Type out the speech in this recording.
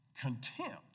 contempt